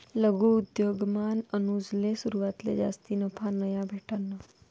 लघु उद्योगमा अनुजले सुरवातले जास्ती नफा नयी भेटना